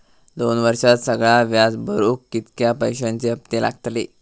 दोन वर्षात सगळा व्याज भरुक कितक्या पैश्यांचे हप्ते लागतले?